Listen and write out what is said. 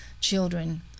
children